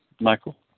Michael